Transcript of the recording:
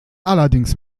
allerdings